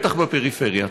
בטח בפריפריה.